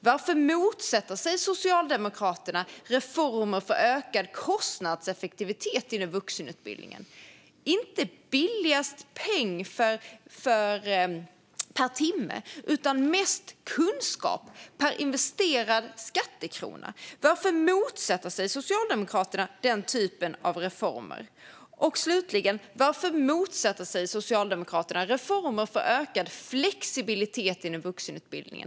Varför motsätter sig Socialdemokraterna reformer för ökad kostnadseffektivitet inom vuxenutbildningen så att det inte är billigast peng per timme utan mest kunskap per investerad skattekrona? Varför motsätter sig Socialdemokraterna sådana reformer? Och slutligen: Varför motsätter sig Socialdemokraterna reformer för ökad flexibilitet inom vuxenutbildningen?